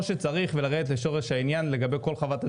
שצריך ולרדת לשורש העניין לגבי כל חוות הדעת.